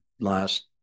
last